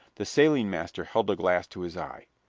the sailing master held a glass to his eye.